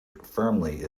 firmly